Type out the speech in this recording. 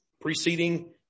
preceding